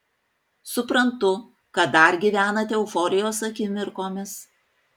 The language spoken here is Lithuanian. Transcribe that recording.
suprantu kad dar gyvenate euforijos akimirkomis